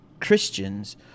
Christians